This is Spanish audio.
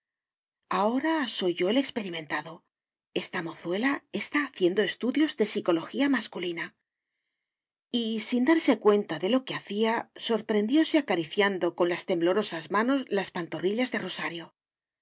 ahora soy yo el experimentado esta mozuela está haciendo estudios de psicología masculina y sin darse cuenta de lo que hacía sorprendióse acariciando con las temblorosas manos las pantorrillas de rosario